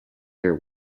your